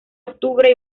octubre